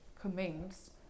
commence